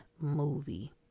movie